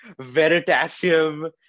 Veritasium